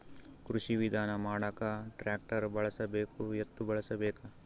ಕೃಷಿ ವಿಧಾನ ಮಾಡಾಕ ಟ್ಟ್ರ್ಯಾಕ್ಟರ್ ಬಳಸಬೇಕ, ಎತ್ತು ಬಳಸಬೇಕ?